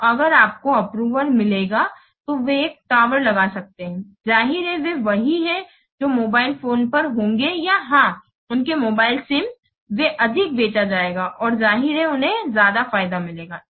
तो अगर आपको अप्रूवल मिलेगा तो वे एक टावर लगा सकते हैं जाहिर है वे वही हैं जो मोबाइल फोन पर होंगे या हां उनके मोबाइल सिम वे अधिक बेचा जाएगा और जाहिर है उन्हें ज्यादा फायदा मिलेगा